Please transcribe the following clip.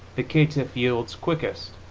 the caitiff yields quickest